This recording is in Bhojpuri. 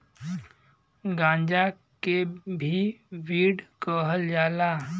गांजा के भी वीड कहल जाला